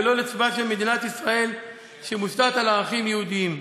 ולא לצבאה של מדינת ישראל שמבוסס על ערכים יהודיים.